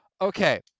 Okay